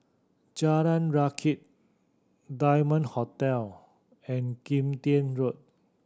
Jalan Rakit Diamond Hotel and Kim Tian Road